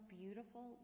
beautiful